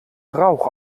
rauch